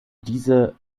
diese